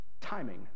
timing